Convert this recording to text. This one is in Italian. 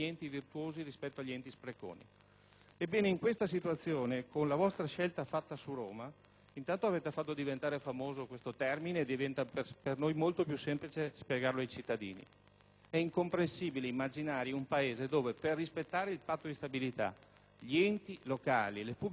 spreconi. In questa situazione, con la vostra scelta per Roma, intanto avete fatto diventare famoso questo termine e diventa per noi molto più semplice spiegarlo ai cittadini. È incomprensibile immaginare un Paese dove, per rispettare il patto di stabilità, gli Enti locali e le pubbliche amministrazioni non pagano i fornitori.